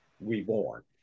reborn